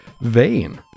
vein